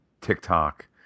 TikTok